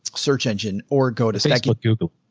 search engine or go to so like like google.